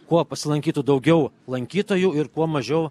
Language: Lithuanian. kuo pasilankytų daugiau lankytojų ir kuo mažiau